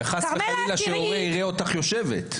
וחס וחלילה שהורה יראה אותך יושבת.